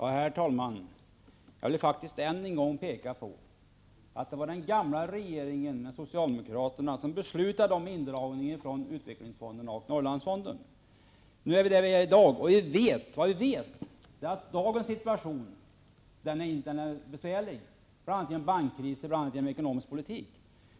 Herr talman! Jag vill än en gång påpeka att det var den gamla socialdemokratiska regeringen som beslutade om indragning från utvecklingsfonderna och Norrlandsfonden. Vi vet att dagens situation är besvärlig, till följd av bl.a. bankkriser och den förda ekonomiska politiken.